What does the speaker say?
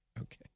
Okay